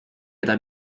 eta